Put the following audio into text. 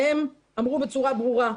והם אמרו בצורה ברורה: